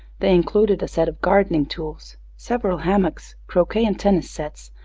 they included a set of gardening tools, several hammocks, croquet and tennis sets,